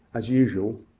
as usual,